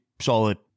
solid